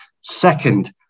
second